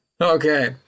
Okay